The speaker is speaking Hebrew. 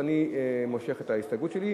ואני מושך את ההסתייגות שלי,